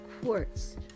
quartz